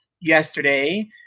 yesterday